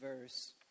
verse